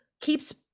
keeps